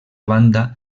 banda